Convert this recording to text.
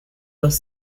los